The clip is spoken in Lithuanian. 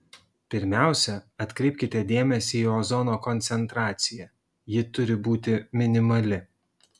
pirmiausia atkreipkite dėmesį į ozono koncentraciją ji turi būti minimali